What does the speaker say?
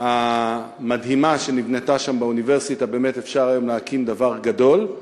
המדהימה שנבנתה שם באוניברסיטה אפשר היום להקים דבר גדול,